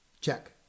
check